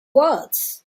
words